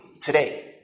today